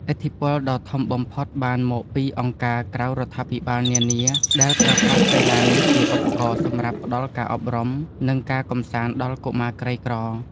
ឥទ្ធិពលដ៏ធំបំផុតបានមកពីអង្គការក្រៅរដ្ឋាភិបាលនានា ដែលប្រើប្រាស់កីឡានេះជាឧបករណ៍សម្រាប់ផ្ដល់ការអប់រំ និងការកម្សាន្តដល់កុមារក្រីក្រ។